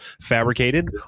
fabricated